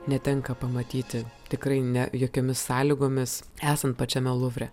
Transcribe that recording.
netenka pamatyti tikrai ne jokiomis sąlygomis esant pačiame luvre